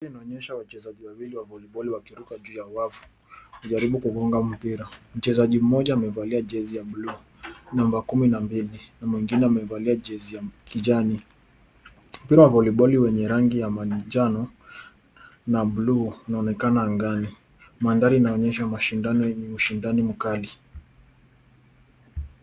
Picha inaonyesha wachezaji wawili wa voli boli wakiruka juu ya wavu kujaribu kugonga mpira. Mchezaji mmoja amevalia jezi ya bluu namba 12 na mwingine amevalia jezi ya kijani. Mpira wa voli boli wenye rangi ya manjano na bluu unaonekana angani. Mandhari inaonyesha mashindano yenye ushindani mkali.